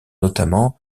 notamment